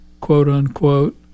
quote-unquote